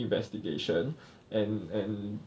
investigation and and